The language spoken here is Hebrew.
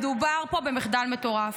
מדובר פה במחדל מטורף.